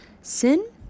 sin